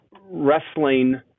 wrestling